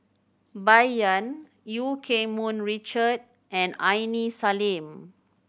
Bai Yan Eu Keng Mun Richard and Aini Salim